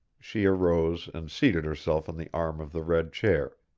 she arose and seated herself on the arm of the red chair,